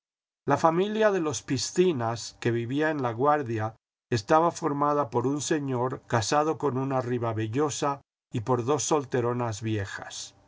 la familia de los piscinas que vivía en laguardia estaba formada por un señor casado con una ribavellosa y por dos solteronas viejas